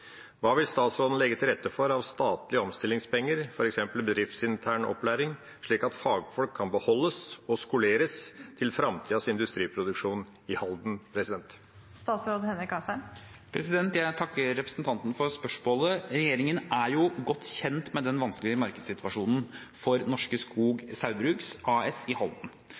Hva vil statsråden legge til rette for av statlige omstillingspenger, f.eks. bedriftsintern opplæring, slik at fagfolk kan beholdes og skoleres til framtidas industriproduksjon i Halden?» Jeg takker representanten Lundteigen for spørsmålet. Regjeringen er godt kjent med den vanskelige markedssituasjonen for Norske Skog Saugbrugs AS i Halden.